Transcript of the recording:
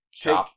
take